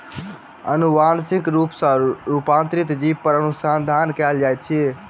अनुवांशिक रूप सॅ रूपांतरित जीव पर अनुसंधान कयल जाइत अछि